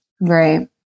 Right